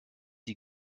die